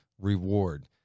reward